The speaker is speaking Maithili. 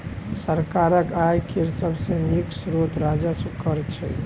सरकारक आय केर सबसे नीक स्रोत राजस्व कर छै